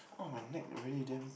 oh my neck really damn